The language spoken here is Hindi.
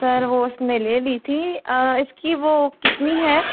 सर वो उसने ले ली थी इसकी वो कितनी है